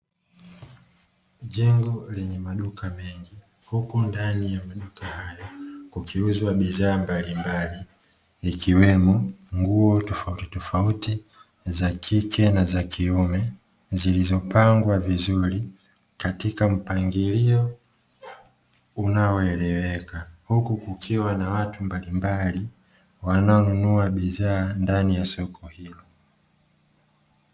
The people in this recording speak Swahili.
Jengo lenye maduka mengi, huku ndani ya maduka hayo kukiuzwa bidhaa mbalimbali, ikiwemo nguo tofauti tofauti za kike na za kiume, zilizopangwa vizuri katika mpangilio unaoeleweka. Huku, kukiwa na watu mbalimbali, wanaonunua bidhaa ndani ya soko hilo.